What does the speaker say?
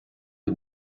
who